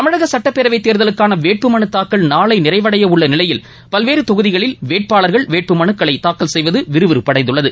தமிழக சட்டப்பேரவை தேர்தலுக்காள வேட்பு மனு தாக்கல் நாளை நிறைவடைய உள்ள நிலையில் பல்வேறு தொகுதிகளில் வேட்பாளர்கள் வேட்புமனுக்களை தாக்கல் செய்வது விறுவிறுப்படைந்துள்ளது